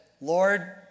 Lord